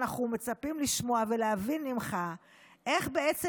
אנחנו מצפים לשמוע ולהבין ממך איך בעצם